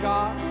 God